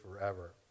forever